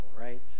right